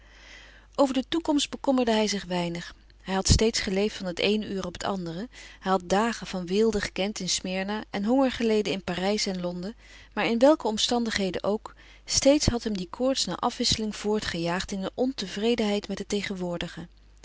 over de toekomst bekommerde hij zich weinig hij had steeds geleefd van het eene uur op het andere hij had dagen van weelde gekend in smyrna en honger geleden in parijs en londen maar in welke omstandigheden ook steeds had hem die koorts naar afwisseling voortgejaagd in een ontevredenheid met het tegenwoordige